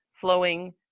flowing